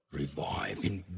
reviving